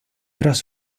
tras